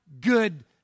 Good